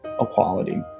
equality